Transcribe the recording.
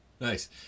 nice